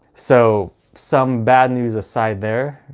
so some bad news aside there,